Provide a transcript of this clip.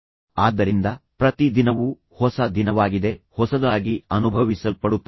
ಆದ್ದರಿಂದ ಪ್ರತಿ ದಿನವೂ ಹೊಸ ದಿನವಾಗಿದೆ ಪ್ರತಿ ದಿನವೂ ಹೊಸದಾಗಿ ಬದುಕುತ್ತದೆ ಹೊಸದಾಗಿ ಅನುಭವಿಸಲ್ಪಡುತ್ತದೆ